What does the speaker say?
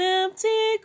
empty